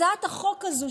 הצעת החוק הזו,